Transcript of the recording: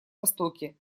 востоке